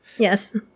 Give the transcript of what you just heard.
Yes